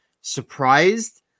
surprised